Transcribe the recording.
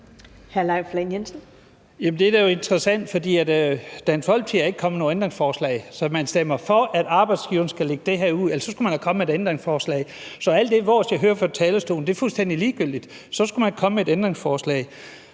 det er da interessant, for Dansk Folkeparti er ikke kommet med nogle ændringsforslag. Man stemmer for, at arbejdsgiveren skal lægge det her ud, ellers skulle man være kommet med et ændringsforslag. Så alt det vås, jeg hører fra talerstolen, er fuldstændig ligegyldigt – så skulle man komme med et ændringsforslag.